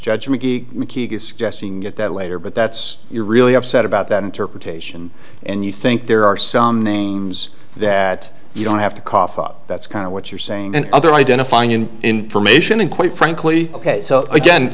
judgment at that later but that's you're really upset about that interpretation and you think there are some names that you don't have to cough up that's kind of what you're saying and other identify new information and quite frankly ok so again